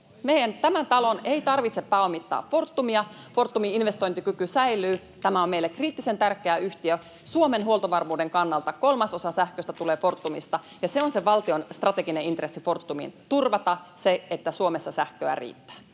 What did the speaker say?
uutinen. Tämän talon ei tarvitse pääomittaa Fortumia, Fortumin investointikyky säilyy. Tämä on meille kriittisen tärkeä yhtiö Suomen huoltovarmuuden kannalta. Kolmasosa sähköstä tulee Fortumista, ja se on valtion strateginen intressi Fortumiin: turvata se, että Suomessa sähköä riittää.